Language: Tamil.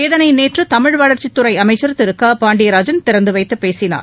இதனை நேற்று தமிழ்வளர்ச்சித் துறை அமைச்சர் திரு க பாண்டியராஜன் திறந்துவைத்து பேசினார்